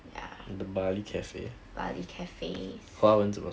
ya bali cafes